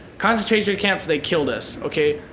concentration camps, they killed us, okay?